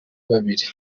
babiri